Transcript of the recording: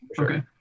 okay